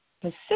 Pacific